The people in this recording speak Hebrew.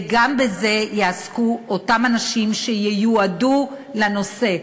וגם בזה יעסקו אותם אנשים שייועדו לנושא.